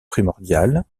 primordial